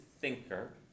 thinker